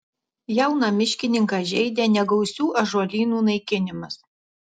jauną miškininką žeidė negausių ąžuolynų naikinimas